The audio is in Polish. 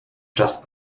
czas